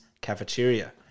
Cafeteria